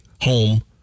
home